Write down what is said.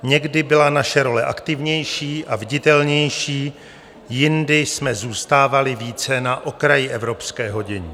Někdy byla naše role aktivnější a viditelnější, jindy jsme zůstávali více na okraji evropského dění.